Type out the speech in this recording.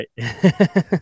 right